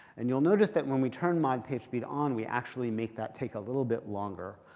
and you'll notice that when we turn mod pagespeed on, we actually make that take a little bit longer.